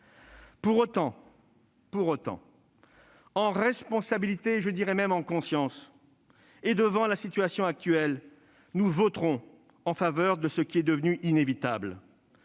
Pour autant, en responsabilité, je dirais même en conscience, et eu égard à la situation actuelle, nous voterons en faveur de ce qui est devenu inévitable